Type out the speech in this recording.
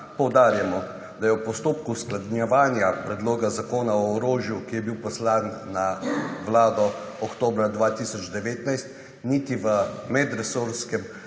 poudarjamo, da je v postopku usklajevanja Predloga Zakona o orožju, ki je bil poslan na Vlado oktobra 2019 niti v medresorskem